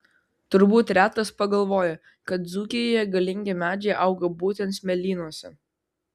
turbūt retas pagalvoja kad dzūkijoje galingi medžiai auga būtent smėlynuose